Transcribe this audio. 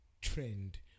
trend